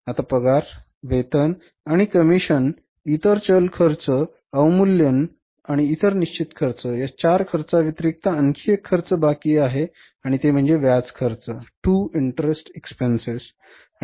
आता पगार वेतन आणि कमिशन इतर चल खर्च अवमूल्यन आणि इतर निश्चित खर्च या चार खर्चाव्यतिरिक्त आणखी एक खर्च बाकी आहे आणि ते म्हणजे व्याज खर्च To interest expense